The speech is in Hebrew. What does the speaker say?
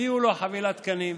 הביאו לו חבילת קנים.